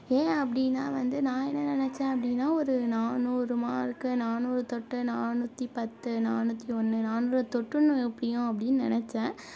ஏன் அப்படின்னா வந்து நான் என்ன நினச்சேன் அப்படின்னா ஒரு நானூறு மார்க்கு நானூறு தொட்டு நானூற்றி பத்து நானூற்றி ஒன்று நானூறு தொட்டுனும் எப்படியும் அப்படின்னு நினச்சேன்